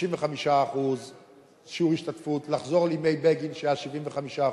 35% שיעור השתתפות, לחזור לימי בגין, שהיה 75%,